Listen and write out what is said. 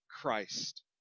Christ